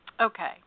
Okay